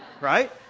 right